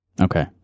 Okay